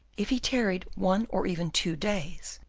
if he tarried one or even two days,